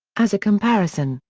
as a comparison,